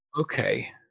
Okay